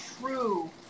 true